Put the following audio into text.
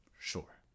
sure